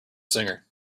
singer